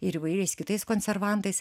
ir įvairiais kitais konservantais